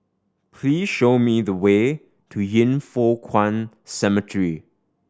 please show me the way to Yin Foh Kuan Cemetery